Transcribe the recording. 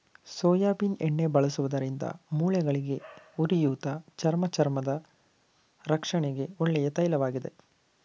soybean ಎಣ್ಣೆ ಬಳಸುವುದರಿಂದ ಮೂಳೆಗಳಿಗೆ, ಉರಿಯೂತ, ಚರ್ಮ ಚರ್ಮದ ರಕ್ಷಣೆಗೆ ಒಳ್ಳೆಯ ತೈಲವಾಗಿದೆ